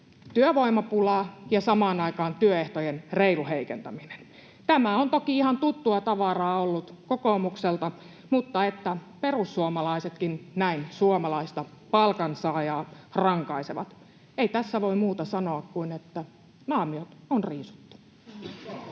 työvoimapula ja samaan aikaan työehtojen reilu heikentäminen. Tämä on toki ihan tuttua tavaraa ollut kokoomukselta, mutta että perussuomalaisetkin näin suomalaista palkansaajaa rankaisevat. Ei tässä voi muuta sanoa kuin että naamiot on riisuttu.